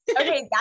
Okay